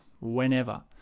Whenever